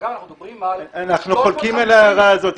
--- אנחנו חולקים על ההערה הזאת.